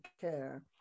care